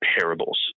parables